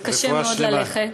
וקשה מאוד ללכת.